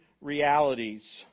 realities